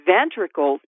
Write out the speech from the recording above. ventricles